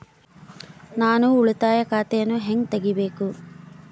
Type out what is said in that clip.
ನಾನು ಉಳಿತಾಯ ಖಾತೆಯನ್ನು ಹೆಂಗ್ ತಗಿಬೇಕು?